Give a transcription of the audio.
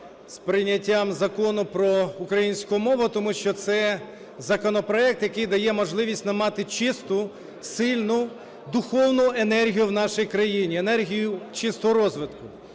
з прийняттям Закону про українську мову, тому що це законопроект, який дає можливість нам мати чисту, сильну духовну енергію в нашій країні – енергію чистого розвитку.